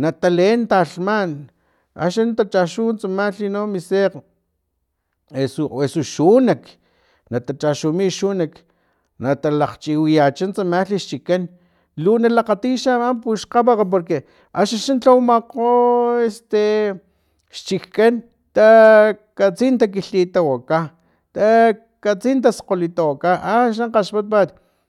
nataleen talhman axnixa natachaxu tsamalhi no mi sekgn eso eso xunak natachaxumi xunik katachaxumi xunik natalakgchiwiyacha tsamalhi xchikan lu na lakgatiy tsama puxkgapakg porque axixa lhawamakooo este xchikan taakatsi takilhitawaka taakatsi taskgolitawaka axixa kaxpatpat